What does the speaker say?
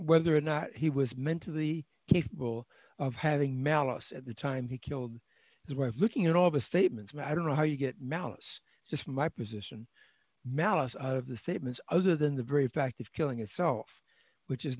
whether or not he was mentally capable of having mail us at the time he killed his wife looking at all the statements but i don't know how you get malice just my position malice out of the statements other than the very fact of killing itself which is